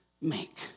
make